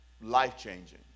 life-changing